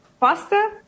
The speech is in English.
pasta